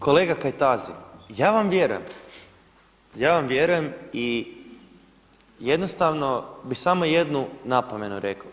Kolega Kajtazi, ja vam vjerujem, ja vam vjerujem i jednostavno bih samo jednu napomenu rekao.